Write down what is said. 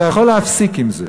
אתה יכול להפסיק עם זה.